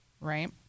Right